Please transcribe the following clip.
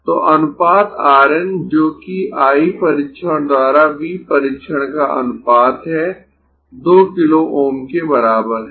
तो अनुपात R N जो कि I परीक्षण द्वारा V परीक्षण का अनुपात है 2 किलो Ω के बराबर है